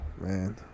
man